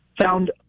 found